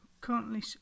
currently